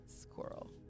Squirrel